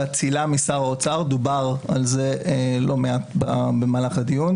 באצילה משר האוצר דובר על זה לא מעט במהלך הדיון